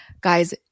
guys